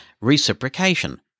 reciprocation